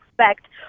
expect